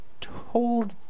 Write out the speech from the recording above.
Told